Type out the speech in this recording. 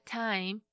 time